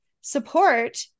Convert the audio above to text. support